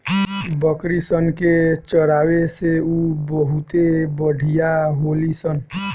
बकरी सन के चरावे से उ बहुते बढ़िया होली सन